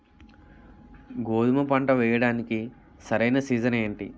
గోధుమపంట వేయడానికి సరైన సీజన్ ఏంటి?